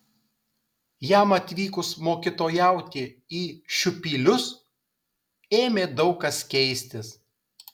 jam atvykus mokytojauti į šiupylius ėmė daug kas keistis